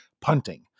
punting